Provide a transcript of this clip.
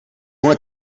una